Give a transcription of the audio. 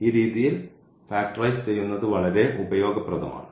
ഈ രീതിയിൽ ഫാക്റ്ററൈസ് ചെയ്യുന്നത് വളരെ ഉപയോഗപ്രദമാണ്